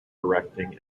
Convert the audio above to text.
directing